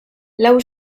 lau